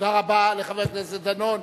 תודה רבה לחבר הכנסת דנון.